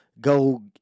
go